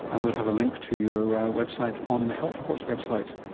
and we'll have a link to your website on the health report's website.